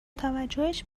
توجهش